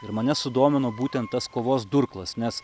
ir mane sudomino būtent tas kovos durklas nes